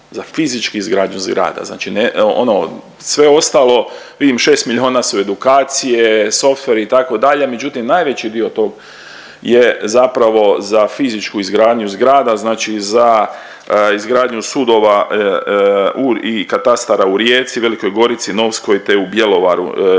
za fizički izgradnju zgrada. Znači ne ono sve ostalo vidim šest milijuna su edukacije, softveri itd., međutim najveći dio tog je zapravo za fizičku izgradnju zgrada, znači za izgradnju sudova i katastara u Rijeci, Velikoj Gorici, Novskoj te u Bjelovaru